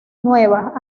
nuevas